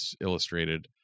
illustrated